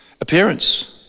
appearance